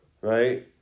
right